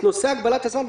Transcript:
את נושא הגבלת הזמן,